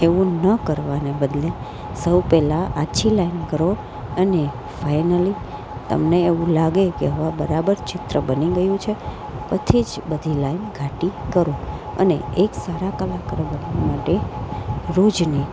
એવું ન કરવાને બદલે સૌ પહેલાં આછી લાઈન કરો અને ફાઈનલી તમને એવું લાગે કે હવે બરાબર ચિત્ર બની ગયું છે પછી જ બધી લાઈન ઘાટી કરો અને એક સારા કલાકારો બનવા માટે રોજની